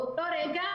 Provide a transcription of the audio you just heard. באותו רגע,